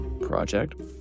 Project